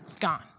gone